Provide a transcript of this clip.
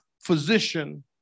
physician